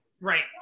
right